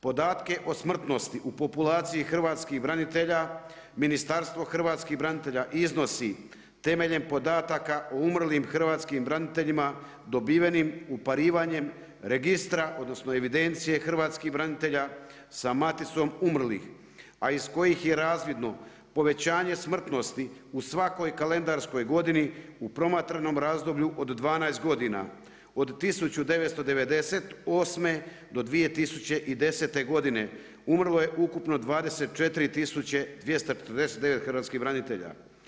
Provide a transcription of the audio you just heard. Podatke o smrtnosti u populaciji hrvatskih branitelja Ministarstvo hrvatskih branitelja iznosi temeljem podataka o umrlim hrvatskim braniteljima dobivenim uparivanjem registra odnosno evidencije hrvatskih branitelja sa maticom umrlih a iz kojih je razvidno povećanje smrtnosti u svakoj kalendarskoj godini u promatranom razdoblju od 12 godina od 1998. do 2010. godine umrlo je ukupno 24 tisuće 249 hrvatskih branitelja.